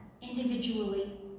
individually